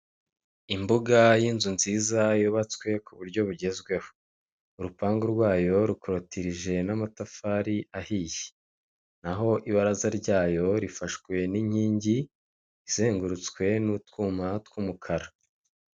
Imbuga y'inzu nziza, yubatswe ku buryo bugezweho, urupangu rwayo rukorotirije n'amatafari ahiye, naho ibaraza ryayo rifashwe n'inkingi izengurutswe n'utwuma tw'umukara.